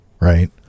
Right